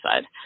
side